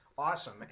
Awesome